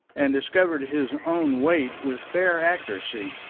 and discovered his own weight with fair accuracy.